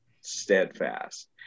steadfast